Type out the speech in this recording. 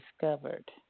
discovered